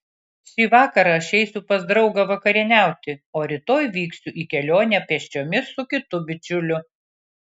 šį vakarą aš eisiu pas draugą vakarieniauti o rytoj vyksiu į kelionę pėsčiomis su kitu bičiuliu